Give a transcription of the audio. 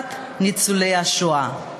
רווחת ניצולי השואה.